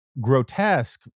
grotesque